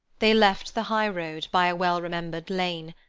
they left the high-road, by a well-remembered lane,